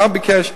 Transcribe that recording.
מה ביקש,